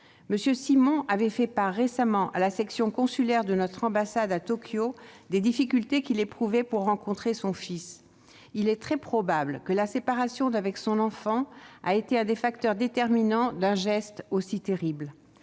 M. Simon avait fait part récemment à la section consulaire de notre ambassade à Tokyo des difficultés qu'il éprouvait pour rencontrer son fils, et il est très probable que la séparation d'avec son enfant a été un des facteurs déterminants d'un geste aussi terrible.